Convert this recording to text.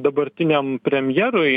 dabartiniam premjerui